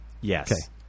Yes